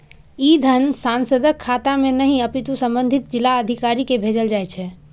ई धन सांसदक खाता मे नहि, अपितु संबंधित जिलाधिकारी कें भेजल जाइ छै